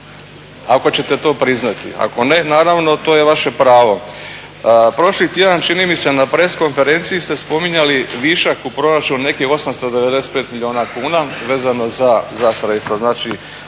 ako ćete to priznati, ako ne naravno to je vaše pravo. Prošli tjedan čini mi se na press konferenciji ste spominjali višak u proračunu, nekih 895 milijuna kuna vezano za sredstva.